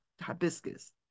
hibiscus